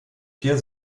vier